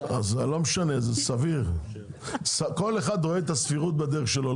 כל אחד רואה את הסבירות בדרך שלו.